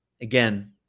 Again